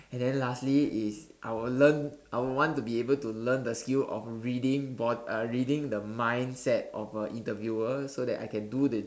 and then lastly is I will learn I would want to be able to learn the skill of reading bod~ uh reading the mindset of a interviewer so I can do the